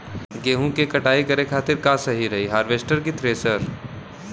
गेहूँ के कटाई करे खातिर का सही रही हार्वेस्टर की थ्रेशर?